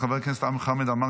חבר הכנסת חמד עמאר,